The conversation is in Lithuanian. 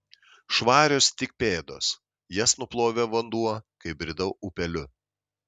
švarios tik pėdos jas nuplovė vanduo kai bridau upeliu